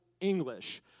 English